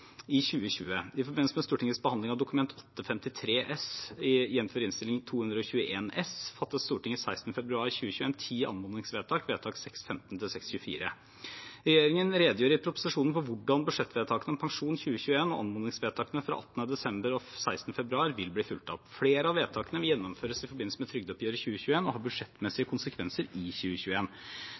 i 2020. I forbindelse med Stortingets behandling av Dokument 8:53 S for 2020–2021, jf. Innst. 221 S for 2020–2021, fattet Stortinget 16. februar 2021 ti anmodningsvedtak, vedtak 615–624. Regjeringen redegjør i proposisjonen for hvordan budsjettvedtakene om pensjon i 2021 og anmodningsvedtakene fra 18. desember og 16. februar vil bli fulgt opp. Flere av vedtakene vil gjennomføres i forbindelse med trygdeoppgjøret 2021 og ha budsjettmessige konsekvenser i